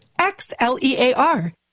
X-L-E-A-R